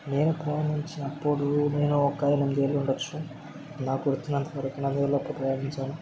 నేను ప్రయాణించినప్పుడూ నేను ఒక రెండేళ్ళు ఉండవచ్చు నాకు గుర్తున్నంతవరకూ నాకూ లోకల్ ప్రయాణించాను